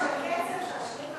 לפי היושבת-ראש, הקצב של שאילתות,